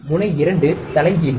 முனை 2 தலைகீழ்